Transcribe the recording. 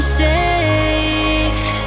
safe